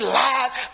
lied